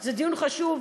זה דיון חשוב,